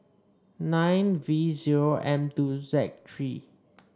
nine V zero M two Z three